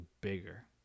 bigger